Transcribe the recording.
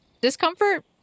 discomfort